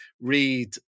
read